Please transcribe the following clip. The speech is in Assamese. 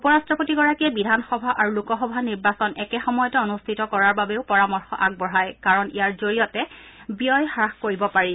উপ ৰাট্টপতিগৰাকীয়ে বিধানসভা আৰু লোকসভা নিৰ্বাচন একে সময়তে অনুষ্ঠিত কৰাৰ বাবেও পৰামৰ্শ আগবঢ়ায় কাৰণ ইয়াৰ জৰিয়তে ব্যয় হ্ৰাস কৰিব পাৰি